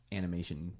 animation